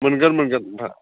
मोनगोन मोनगोन नोंथा